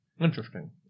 Interesting